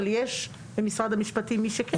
אבל יש במשרד המשפטים מי שכן.